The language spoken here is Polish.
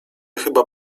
chyba